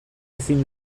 ezin